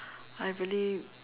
I believe